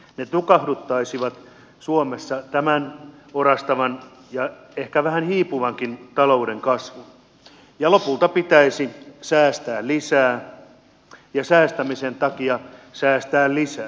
ne tukahduttaisivat suomessa tämän orastavan ja ehkä vähän hiipuvankin talouskasvun ja lopulta pitäisi säästää lisää ja säästämisen takia säästää lisää